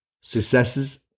successes